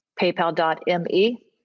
paypal.me